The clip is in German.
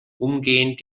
umgehend